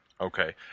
Okay